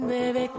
Baby